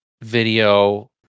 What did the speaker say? video